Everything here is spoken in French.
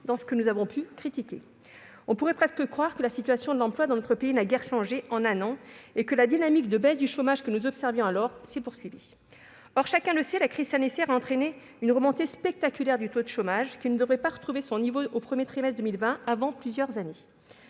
de ce que nous avons critiqué. On pourrait presque croire que la situation de l'emploi dans notre pays n'a guère changé en un an, et que la dynamique de baisse du chômage que nous observions à la fin de 2019 s'est poursuivie ... Or, chacun le sait, la crise sanitaire a entraîné une remontée spectaculaire du taux de chômage, qui ne devrait pas retrouver son niveau du premier trimestre 2020 avant plusieurs années.